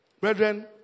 Brethren